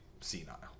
senile